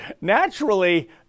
Naturally